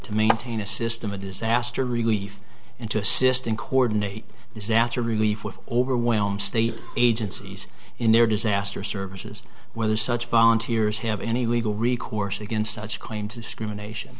to maintain a system a disaster relief and to assist and coordinate disaster relief with overwhelm state agencies in their disaster services whether such volunteers have any legal recourse against such a claim to discrimination